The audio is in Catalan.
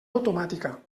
automàtica